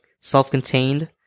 self-contained